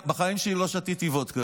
בחיים שלי לא שתיתי וודקה.